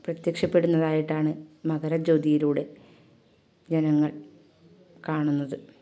പ്രത്യക്ഷപ്പെടുന്നതായിട്ടാണ് മകരജ്യോതിയിലൂടെ ജനങ്ങൾ കാണുന്നത്